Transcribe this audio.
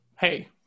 hey